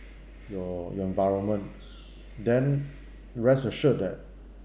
your your environment then rest assured that